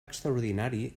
extraordinari